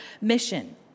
mission